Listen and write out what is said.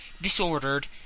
disordered